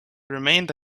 remained